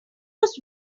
was